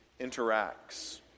interacts